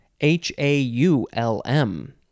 H-A-U-L-M